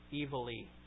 evilly